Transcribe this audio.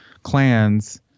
clans